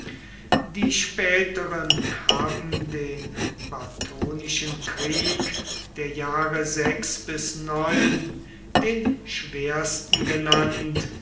die späteren haben den batonischen krieg der jahre den schwersten genannt